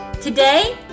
Today